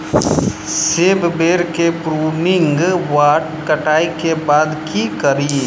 सेब बेर केँ प्रूनिंग वा कटाई केँ बाद की करि?